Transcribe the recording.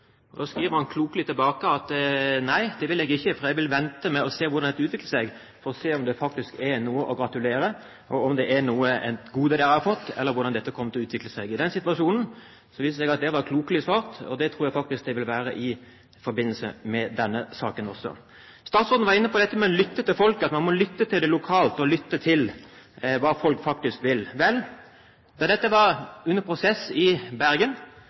klokelig tilbake at det ville han ikke, for han ville vente og se hvordan dette utviklet seg, om det faktisk var noe å gratulere for, og om det var et gode de hadde fått. I den situasjonen viste det seg at det var klokelig svart, og det tror jeg faktisk det vil være i forbindelse med denne saken også. Statsråden var inne på dette med å lytte til folket, at man må lytte til folk lokalt, lytte til hva folk faktisk vil. Vel, da dette var under prosess i Bergen,